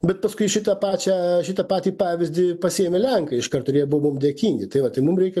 bet paskui šitą pačią šitą patį pavyzdį pasiėmė lenkai iškart ir jie buvo mum dėkingi tai va tai mum reikia